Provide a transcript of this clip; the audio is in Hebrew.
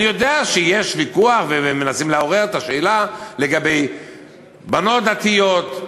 אני יודע שיש ויכוח ומנסים לעורר את השאלה לגבי בנות דתיות,